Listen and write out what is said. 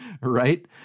right